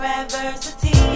adversity